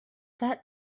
that